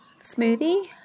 smoothie